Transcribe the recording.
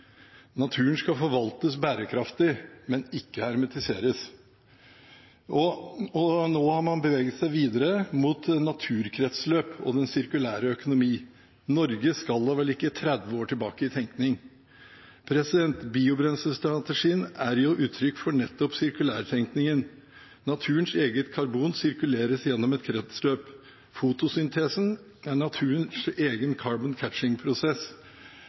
Naturen skal forvaltes bærekraftig, men ikke hermetiseres. Og nå har man beveget seg videre mot naturkretsløp og den sirkulære økonomi. Norge skal da vel ikke 30 år tilbake i tenking? Biobrenselsstrategien er jo uttrykk for nettopp sirkulærtenkingen. Naturens eget karbon sirkuleres gjennom et kretsløp. Fotosyntesen er naturens egen